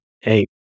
Hey